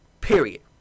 Period